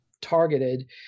targeted